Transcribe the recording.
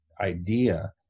idea